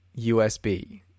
usb